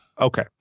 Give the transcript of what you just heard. Okay